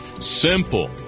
Simple